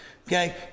Okay